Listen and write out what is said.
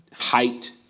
height